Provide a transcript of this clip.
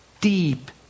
deep